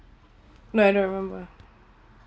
no I don't remember